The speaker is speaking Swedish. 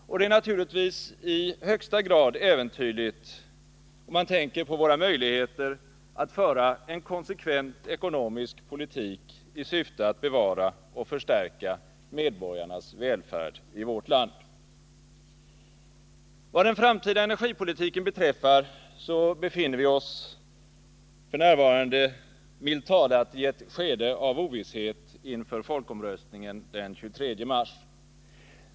Och det är naturligtvis i högsta grad äventyrligt med hänsyn till våra möjligheter att föra en konsekvent ekonomisk politik i syfte att bevara och förstärka medborgarnas välfärd i vårt land. Vad den framtida energipolitiken beträffar befinner vi oss f. n., milt talat, i ett skede av ovisshet inför folkomröstningen den 23 mars.